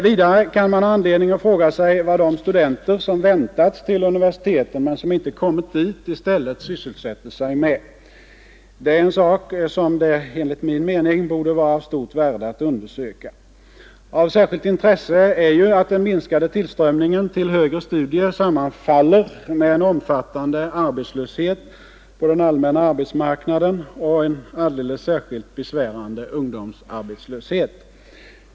Vidare kan man ha anledning att fråga sig vad de studenter, som väntats till universiteten men som inte kommit dit, i stället sysselsätter sig med. Det är en sak som det enligt min mening borde vara av stort värde att undersöka. Av särskilt intresse är ju att den minskade tillströmningen till högre studier sammanfaller med en omfattande arbetslöshet på den allmänna arbetsmarknaden och en alldeles särskilt besvärande ungdomsarbetslöshet.